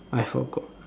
I forgot